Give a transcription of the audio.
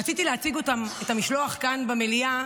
רציתי להציג את המשלוח כאן במליאה,